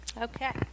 Okay